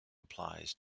applies